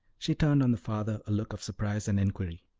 she turned on the father a look of surprise and inquiry.